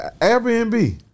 Airbnb